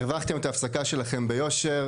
הרווחתם את ההפסקה שלכם ביושר,